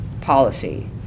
policy